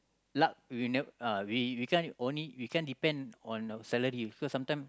luck we never uh we can't only we can't depend on our salary cause sometime